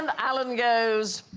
um alan goes